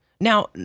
Now